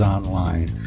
Online